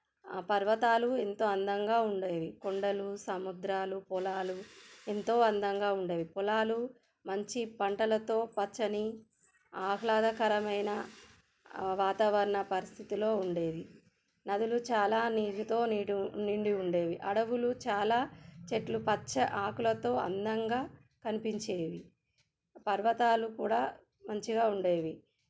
పర్వతాలు ఎంతో అందంగా ఉండేవి కొండలు సముద్రాలు పొలాలు ఎంతో అందంగా ఉండేవి పొలాలు మంచి పంటలతో పచ్చని ఆహ్లాదకరమైన వాతావరణ పరిస్థితిలో ఉండేవి నదులు చాలా నీటితో నిండి ఉండేవి అడవులు చాలా చెట్లు పచ్చ ఆకులతో అందంగా కనిపించేవి పర్వతాలు కూడా మంచిగా ఉండేవి